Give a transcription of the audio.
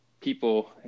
people